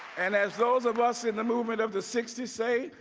and as those of us in the movement of the sixties say,